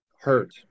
hurt